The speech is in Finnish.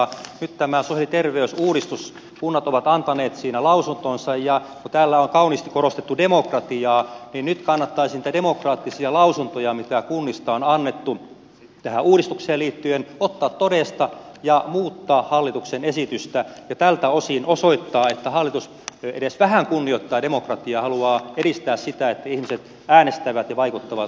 nyt koskien tätä sosiaali ja terveysuudistusta kunnat ovat antaneet lausuntonsa ja kun täällä on kauniisti korostettu demokratiaa niin nyt kannattaisi ne demokraattiset lausunnot mitä kunnista on annettu tähän uudistukseen liittyen ottaa todesta ja muuttaa hallituksen esitystä ja tältä osin osoittaa että hallitus edes vähän kunnioittaa demokratiaa haluaa edistää sitä että ihmiset äänestävät ja vaikuttavat yhteiskunnan kehitykseen